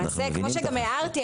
למעשה כמו שגם הערתי,